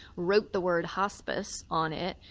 wrote the word hospice on it,